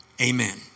Amen